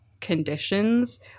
conditions